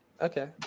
Okay